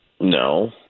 No